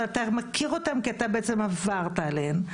אתה מכיר אותן כי אתה בעצם עברת עליהן.